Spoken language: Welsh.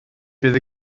bydd